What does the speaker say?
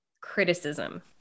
criticism